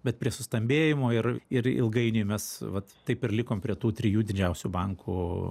bet prie sustambėjimo ir ir ilgainiui mes vat taip ir likom prie tų trijų didžiausių bankų